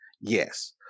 Yes